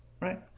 right